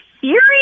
serious